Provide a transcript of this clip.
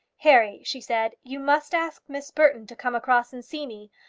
harry, she said, you must ask miss burton to come across and see me.